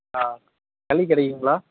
ஆ களி கிடைக்குங்களா